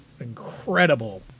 incredible